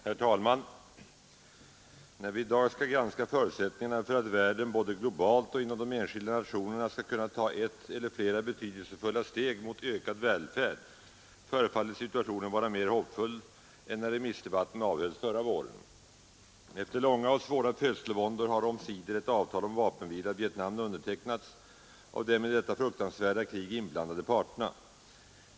Herr talman! När vi i dag skall granska förutsättningarna för att världen både globalt och inom de enskilda nationerna skall kunna ta ett eller flera betydelsefulla steg mot ökad välfärd förefaller situationen vara mera hoppfull än när remissdebatten avhölls förra våren. Efter långa och svåra födslovåndor har omsider ett avtal om vapenvila i Vietnam undertecknats av de i detta fruktansvärda krig inblandade parterna.